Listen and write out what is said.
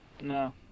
No